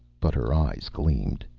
but her eyes gleamed.